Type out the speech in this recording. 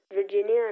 Virginia